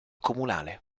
comunale